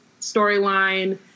storyline